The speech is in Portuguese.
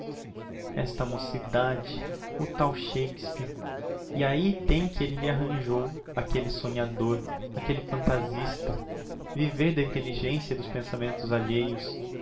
esta mocidade o tal shakspeare e ahi tem o que elle lhe arranjou aquelle sonhador aquelle phantasista viver da intelligencia e dos pensamentos alheios